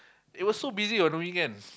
it was so busy on the weekends